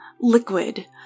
liquid